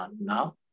now